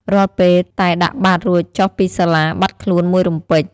រាល់ពេល តែដាក់បាត្ររួចចុះពីសាលា បាត់ខ្លួនមួយរំពេច ។